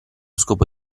scopo